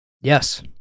Yes